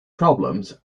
problems